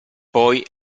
poi